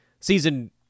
Season